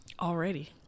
already